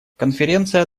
конференция